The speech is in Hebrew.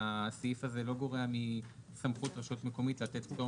שהסעיף הזה לא גורע מסמכות רשות מקומית לתת פטור